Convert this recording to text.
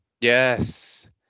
Yes